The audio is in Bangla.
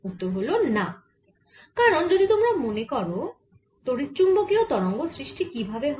উত্তর হল না কারণ যদি তোমরা মনে করো তড়িৎচুম্বকীয় তরঙ্গ সৃষ্টি কি ভাবে হয়